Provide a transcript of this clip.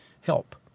help